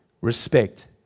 Respect